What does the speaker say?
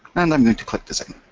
and i'm going to click design.